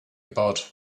about